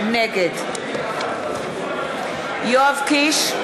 נגד יואב קיש,